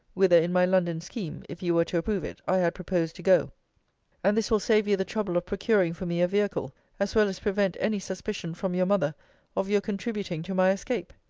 whither in my london scheme, if you were to approve it, i had proposed to go and this will save you the trouble of procuring for me a vehicle as well as prevent any suspicion from your mother of your contributing to my escape.